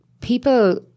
People